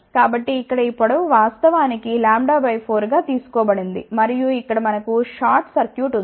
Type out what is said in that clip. కాబట్టి ఇక్కడ ఈ పొడవు వాస్తవానికి λ 4 గా తీసుకోబడింది మరియు ఇక్కడ మనకు షార్ట్ సర్క్యూట్ ఉంది